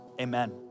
Amen